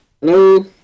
Hello